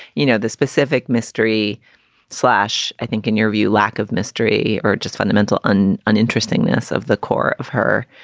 you know, the specific mystery slash, i think, in your view, lack of mystery or just fundamental, an uninteresting ness of the core of her?